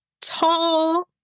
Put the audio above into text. tall